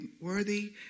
worthy